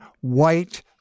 white